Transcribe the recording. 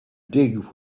dig